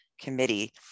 committee